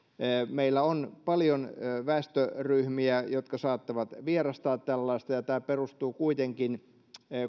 meillä on paljon väestöryhmiä jotka saattavat vierastaa tällaista ja tämä perustuu kuitenkin